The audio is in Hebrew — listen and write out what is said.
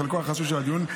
בחלקו החסוי של הדיון,